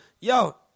yo